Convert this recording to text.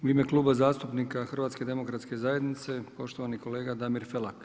U ime Kluba zastupnika HDZ-a poštovani kolega Damir Felak.